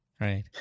right